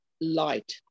light